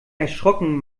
erschrocken